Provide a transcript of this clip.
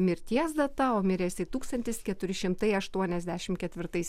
mirties data o mirė jisai tūkstantis keturi šimtai aštuoniasdešim ketvirtais